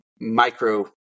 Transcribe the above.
micro